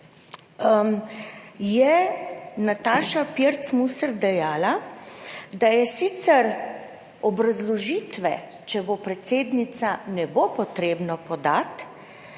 je Nataša Pirc Musar dejala, da je sicer obrazložitve, če bo predsednica ne bo potrebno podati